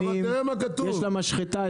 יש לה משחטה,